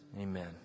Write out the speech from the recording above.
Amen